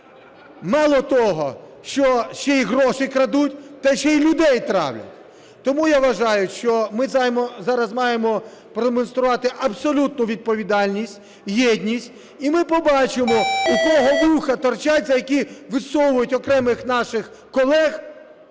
Мало того, що ще і гроші крадуть, так ще і людей травлять. Тому я вважаю, що ми зараз маємо продемонструвати абсолютну відповідальність, єдність, і ми побачимо у кого "вуха стирчать", за які висовують окремих наших колег,